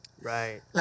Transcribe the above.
Right